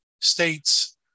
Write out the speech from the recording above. states